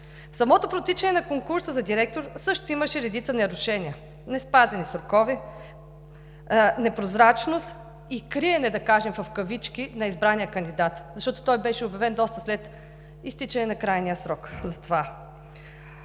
самото протичане на конкурса за директор също имаше редица нарушения: неспазване на срокове, непрозрачност и „криене“, да кажем, на избрания кандидат, защото той беше обявен доста след изтичане на крайния срок